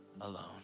alone